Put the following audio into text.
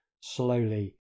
slowly